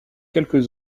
quelques